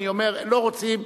אני אומר: לא רוצים,